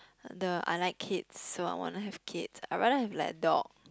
the I like it kids so I want to have kids I rather have like a dog